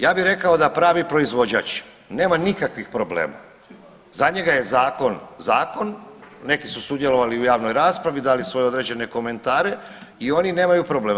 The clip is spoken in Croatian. Ja bih rekao da pravi proizvođač nema nikakvih problema, za njega je zakon, zakon, neki su sudjelovali u javnoj raspravi i dali svoje određene komentare i oni nemaju problema.